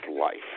life